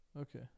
Okay